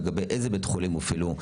לגבי איזה בית חולים הופעלו,